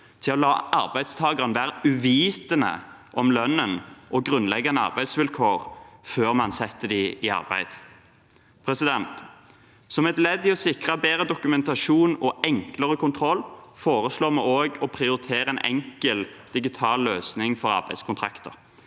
til å la arbeidstakeren være uvitende om lønnen og grunnleggende arbeidsvilkår før man setter dem i arbeid. Som et ledd i å sikre bedre dokumentasjon og enklere kontroll foreslår vi å prioritere en enkel digital løsning for arbeidskontrakter.